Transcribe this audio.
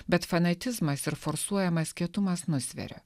bet fanatizmas ir forsuojamas kietumas nusveria